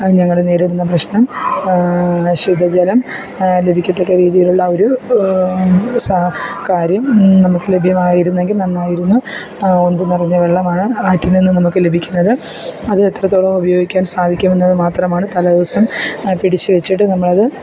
ഞങ്ങൾ നേരിടുന്ന പ്രശ്നം ശുദ്ധജലം ലഭിക്കത്തക്ക രീതീയിലുള്ള ഒരു സ കാര്യം നമുക്ക് ലഭ്യമായിരുന്നെങ്കിൽ നന്നായിരുന്നു ഉന്ത് നിറഞ്ഞ വെള്ളമാണ് ആറ്റിൽ നിന്ന് നമുക്ക് ലഭിക്കുന്നത് അത് എത്രത്തോളം ഉപയോഗിക്കാൻ സാധിക്കുമെന്നത് മാത്രമാണ് തലേ ദിവസം പിടിച്ച് വെച്ചിട്ട് നമ്മളത്